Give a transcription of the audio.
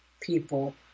people